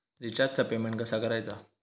रिचार्जचा पेमेंट कसा करायचा?